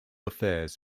affairs